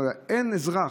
אזרח,